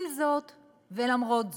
עם זאת ולמרות זאת,